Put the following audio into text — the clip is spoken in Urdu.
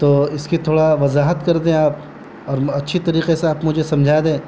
تو اس کی تھوڑا وضاحت کر دیں آپ اور اچھی طریقے سے آپ مجھے سمجھا دیں